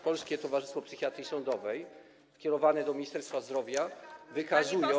Polskiego Towarzystwa Psychiatrii Sądowej, kierowane do Ministerstwa Zdrowia - wykazują.